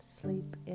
sleep